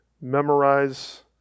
memorize